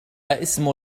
اسم